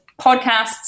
podcasts